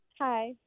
Hi